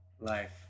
life